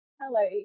hello